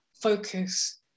focus